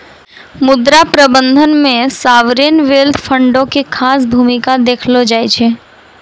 मुद्रा प्रबंधन मे सावरेन वेल्थ फंडो के खास भूमिका देखलो जाय छै